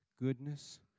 goodness